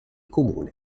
comune